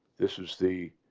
this is the.